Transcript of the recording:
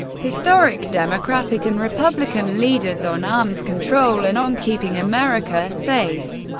historic democratic and republican leaders on arms control and on keeping america safe.